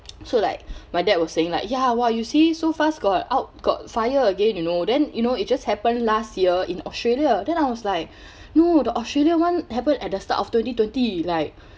so like my dad was saying like ya !wah! you see so fast got out got fire again you know then you know it just happened last year in australia then I was like no the australia [one] happened at the start of twenty twenty like